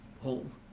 home